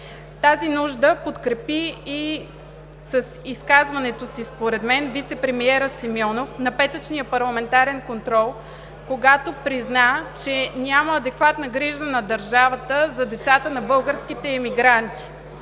Тази нужда подкрепи и с изказването си според мен вицепремиерът Симеонов на петъчния парламентарен контрол, когато призна, че няма адекватна грижа на държавата за децата на българските емигранти.